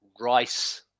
Rice